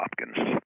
Hopkins